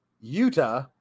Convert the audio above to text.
utah